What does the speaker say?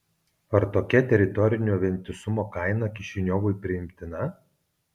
ar tokia teritorinio vientisumo kaina kišiniovui priimtina